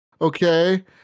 okay